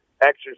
exercise